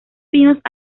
pinos